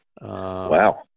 wow